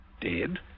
dead